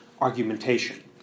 argumentation